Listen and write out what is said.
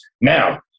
Now